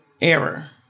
error